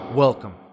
Welcome